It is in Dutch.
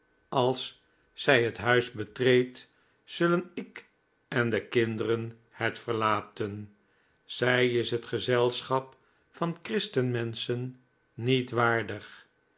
als zij het huis betreedt zullen ik en de kinderen het verlaten zij is het gezelschap van christenmenschen niet waardig